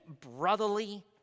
brotherly